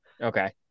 okay